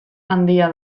handia